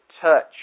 touch